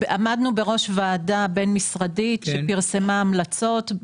עמדנו בראש ועדה בין משרדית שפרסמה המלצות,